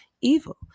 evil